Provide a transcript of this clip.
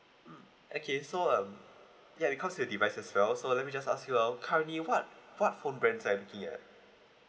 mm okay so um ya it comes with device as well so let me just ask you uh currently what what phone brands are you looking at